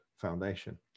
foundation